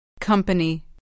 Company